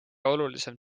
olulisem